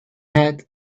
hat